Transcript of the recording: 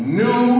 new